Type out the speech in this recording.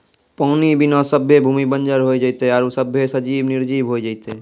पानी बिना सभ्भे भूमि बंजर होय जेतै आरु सभ्भे सजिब निरजिब होय जेतै